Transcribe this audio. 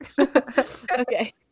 Okay